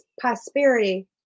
prosperity